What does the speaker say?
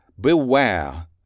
Beware